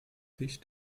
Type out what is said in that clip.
tisch